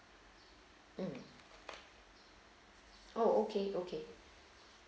um oh okay okay